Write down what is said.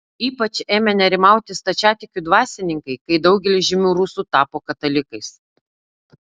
ypač ėmė nerimauti stačiatikių dvasininkai kai daugelis žymių rusų tapo katalikais